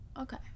Okay